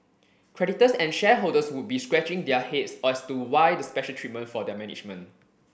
creditors and shareholders would be scratching their heads as to why the special treatment for their management